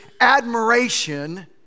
admiration